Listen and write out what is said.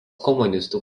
komunistų